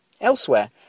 Elsewhere